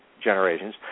generations